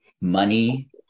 money